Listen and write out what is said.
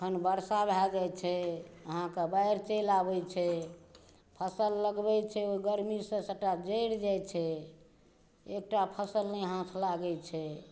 खनि बरसा भए जाइ छै अहाँके बाढ़ि चलि आबै छै फसल लगबै छै ओइ गरमीसँ सबटा जरि जाइ छै एकटा फसल नहि हाथ लागै छै